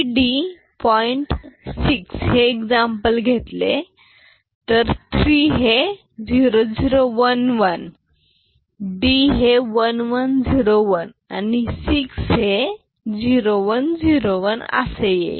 6 घेतले तर 3 हे 0011 D हे 1101 आणि 6 हे 0101 असे येईल